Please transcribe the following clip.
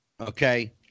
okay